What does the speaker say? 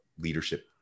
leadership